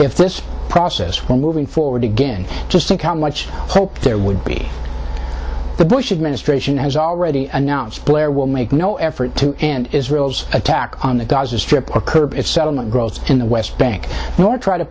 if this process when moving forward again just think how much hope there would be the bush administration has already announced blair will make no effort to end israel's attack on the gaza strip or curb its settlement growth in the west bank nor try to